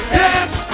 dance